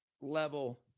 level